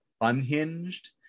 unhinged